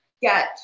get